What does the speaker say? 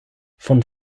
von